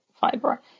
fiber